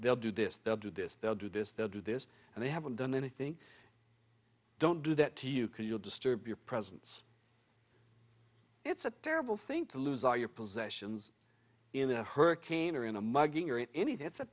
they'll do this they'll do this they'll do this they'll do this and they haven't done anything don't do that to you can you disturb your presence it's a terrible thing to lose all your possessions in a hurricane or in a mugging or anyth